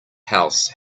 house